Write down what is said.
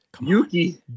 Yuki